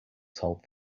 told